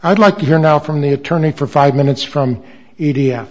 i'd like to hear now from the attorney for five minutes from